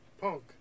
Punk